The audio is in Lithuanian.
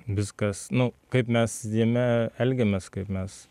viskas nu kaip mes jame elgiamės kaip mes